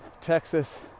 Texas